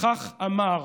כך אמר,